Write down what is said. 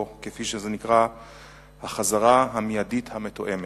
או כפי שזה נקרא "ההחזרה המיידית המתואמת".